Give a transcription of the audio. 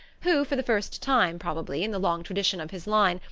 who, for the first time, probably, in the long tradition of his line,